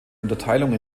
unterteilung